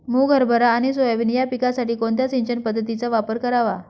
मुग, हरभरा आणि सोयाबीन या पिकासाठी कोणत्या सिंचन पद्धतीचा वापर करावा?